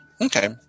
Okay